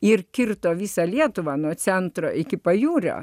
ir kirto visą lietuvą nuo centro iki pajūrio